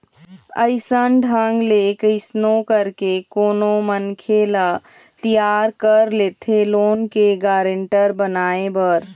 अइसन ढंग ले कइसनो करके कोनो मनखे ल तियार कर लेथे लोन के गारेंटर बनाए बर